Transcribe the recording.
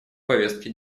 повестки